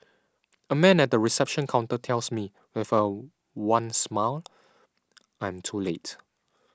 a man at the reception counter tells me with a wan smile I am too late